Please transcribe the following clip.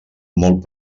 molt